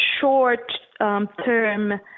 short-term